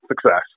success